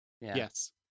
yes